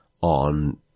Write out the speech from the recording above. on